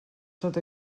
sota